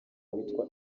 witwa